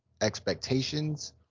expectations